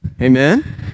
Amen